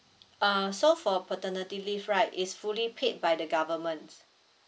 ah so for paternity leave right is fully paid by the governments